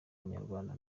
umunyarwanda